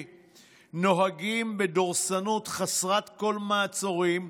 נוהגים בדורסנות חסרת כל מעצורים,